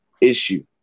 issue